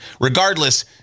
Regardless